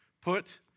Put